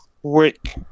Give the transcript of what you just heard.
Quick